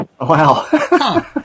Wow